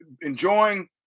enjoying